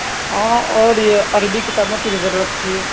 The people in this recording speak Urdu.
ہاں اور یہ عربی کتابوں کی بھی ضرورت تھی